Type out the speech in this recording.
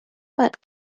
but